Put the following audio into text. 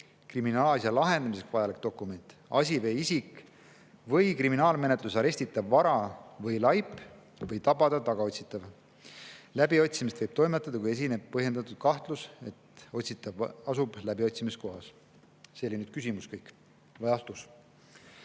kriminaalasja lahendamiseks vajalik dokument, asi või isik või kriminaalmenetluses arestitav vara või laip või tabada tagaotsitav. Läbiotsimist võib toimetada, kui esineb põhjendatud kahtlus, et otsitav asub läbiotsimiskohas." See kõik oli nüüd küsimus. Vastus.